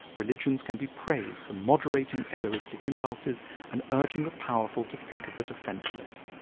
religions can be praised for moderating egoistic impulses and urging the powerful to think of the defenseless.